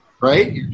right